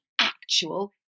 actual